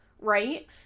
Right